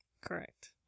Correct